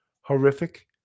horrific